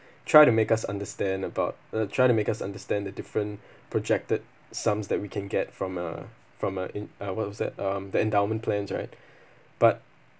try to make us understand about uh try to make us understand the different projected sums that we can get from a from a in~ like what you said um the endowment plans right but